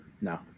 No